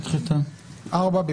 הצבעה לא